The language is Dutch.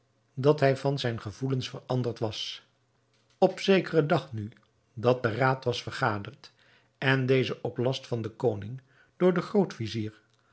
dat hij van gevoelens veranderd was op zekeren dag nu dat de raad was vergaderd en deze op last van den koning door den